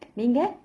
நீங்க:neenga